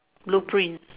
blueprints